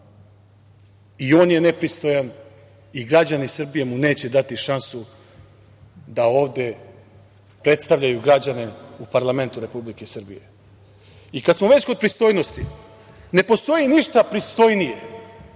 i on je nepristojan i građani Srbije mu neće dati šansu da ovde predstavljaju građane u parlamentu Republike Srbije. Kada smo već kod pristojnosti, ne postoji ništa pristojnije